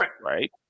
right